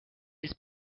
his